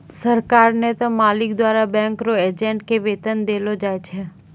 सरकार नै त मालिक द्वारा बैंक रो एजेंट के वेतन देलो जाय छै